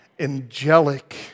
angelic